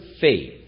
faith